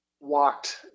walked